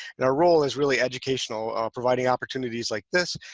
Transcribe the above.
and our role is really educational, providing opportunities like this,